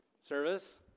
service